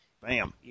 Bam